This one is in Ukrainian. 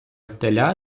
теля